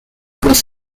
was